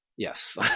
Yes